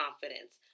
confidence